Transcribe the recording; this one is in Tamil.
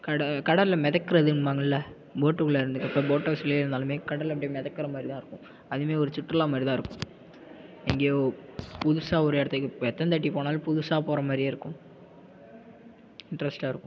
கட கடலில் மெதக்கிறதும்பாங்கள்ல போட்டுக்குள்ள இருந் போட் ஹவுஸ்லே இருந்தாலுமே கடல் அப்படியே மெதக்கிற மாதிரி தான் இருக்கும் அதுவுமே ஒரு சுற்றுலா மாதிரி தான் இருக்கும் எங்கேயோ புதுசாக ஒரு இடத்துக்கு எத்தன்தாட்டி போனாலும் புதுசாக போகிற மாதிரியே இருக்கும் இன்ட்ரெஸ்ட்டாக இருக்கும்